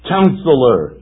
Counselor